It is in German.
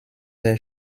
der